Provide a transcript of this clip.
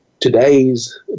today's